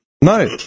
No